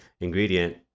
ingredient